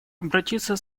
обратиться